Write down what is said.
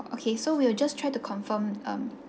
okay so we will just try to confirm um